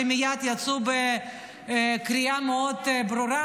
שמייד יצאו שם בקריאה מאוד ברורה,